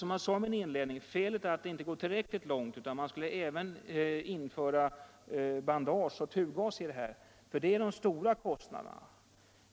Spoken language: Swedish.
Som jag sade i början av mitt anförande är felet att man här inte går tillräckligt långt. Vi skulle också införa ersättning för bandage och tubgas, som är de stora kostnaderna.